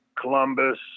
Columbus